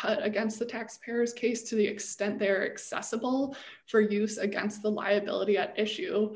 cut against the taxpayers case to the extent they're excess a bill for use against the liability at issue